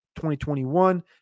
2021